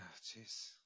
jeez